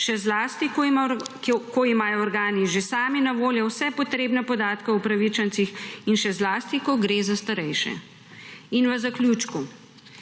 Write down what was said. še zlasti, ko imajo organi že sami na voljo vse potrebne podatke o upravičencih, in še zlasti, ko gre za starejše. V zaključku,